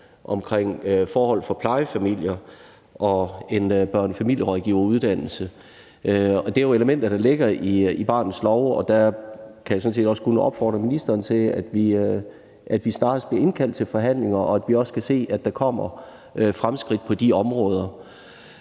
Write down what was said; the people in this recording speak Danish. omkring forholdene for plejefamilier og en børnefamilierådgiveruddannelse. Det er jo elementer, der ligger i barnets lov, og jeg kan sådan set kun opfordre ministeren til, at vi snarest bliver indkaldt til forhandlinger, og at vi også kan se, at der kommer fremskridt på de områder.